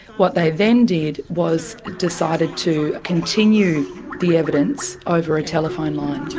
what they then did was decided to continue the evidence over a telephone line.